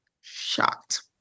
shocked